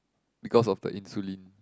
because of the insulin